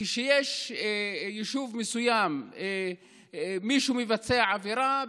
כשיש יישוב מסוים שמישהו בו מבצע עבירה,